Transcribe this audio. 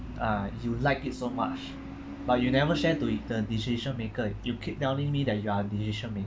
uh you liked it so much but you never share to i~ the decision maker you keep telling me that you are decision maker